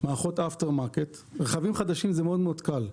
מערכות after market --- ברכבים חדשים זה מאוד-מאוד קל,